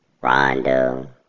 Rondo